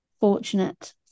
fortunate